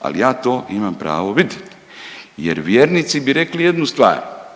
ali ja to imam pravo vidjet jer vjernici bi rekli jednu stvar